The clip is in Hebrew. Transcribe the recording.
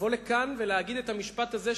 לבוא ולהגיד את המשפט הזה,